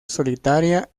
solitaria